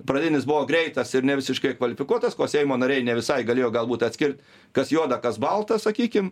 pradinis buvo greitas ir nevisiškai kvalifikuotas ko seimo nariai ne visai galėjo galbūt atskirt kas juoda kas balta sakykim